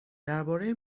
درباره